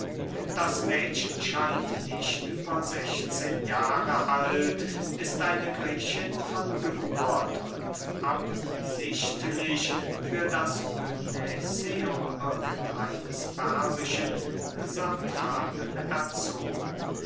das mädchen scheint nicht über sechzehn jahre alt ist eine griechin von geburt und absichtlich für das gynäceum irgend eines persischen satrapen erzogen